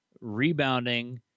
rebounding